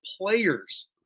players